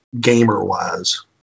gamer-wise